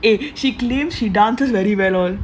eh she grin she dance elegant all